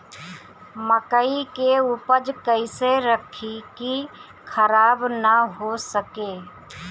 मकई के उपज कइसे रखी की खराब न हो सके?